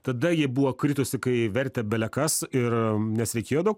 tada ji buvo kritusi kai vertė belekas ir nes reikėjo daug